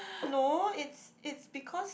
no it's it's because